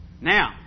Now